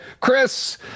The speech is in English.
Chris